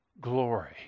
glory